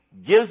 gives